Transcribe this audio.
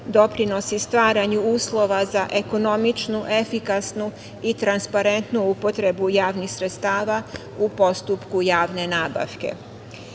doprinosi stvaranju uslova za ekonomičnu, efikasnu i transparentnu upotrebu javnih sredstava u postupku javne nabavke. Javne